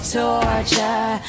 torture